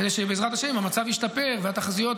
כדי שבעזרת השם כשהמצב ישתפר והמציאות